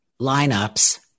lineups